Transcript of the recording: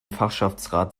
fachschaftsrat